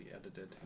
edited